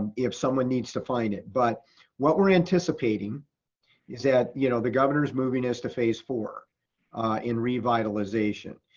and if someone needs to find it. but what we're anticipating is that you know the governor's moving us to phase four in revitalization.